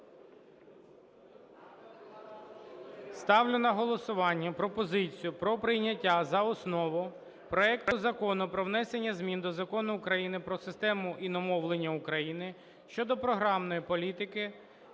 Ставлю на голосування пропозицію про прийняття за основу проекту Закону про внесення змін до Закону України "Про систему іномовлення України" (щодо програмної політики